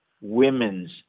women's